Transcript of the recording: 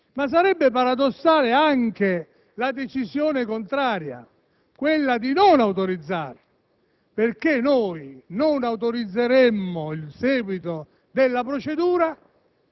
dovremmo propendere, probabilmente, per una dichiarazione d'insussistenza dell'interesse pubblico e, quindi, autorizzare la procedura.